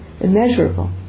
immeasurable